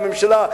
לממשלה,